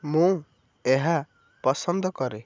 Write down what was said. ମୁଁ ଏହା ପସନ୍ଦ କରେ